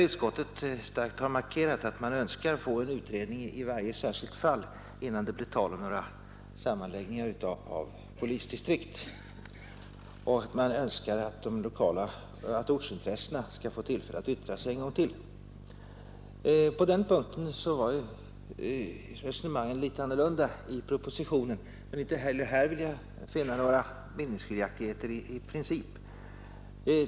Utskottet har starkt markerat att man önskar få en utredning i varje särskilt fall innan det blir tal om sammanläggning av polisdistrikt, och man önskar att ortsintressena skall få tillfälle att göra sig gällande en gång till. På den punkten var resonemanget litet annorlunda i propositionen. Men inte heller här finner jag att det råder några meningsskiljaktigheter i princip.